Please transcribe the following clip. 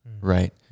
right